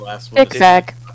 zigzag